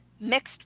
Mixed